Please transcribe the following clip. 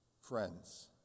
Friends